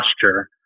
posture